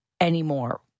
anymore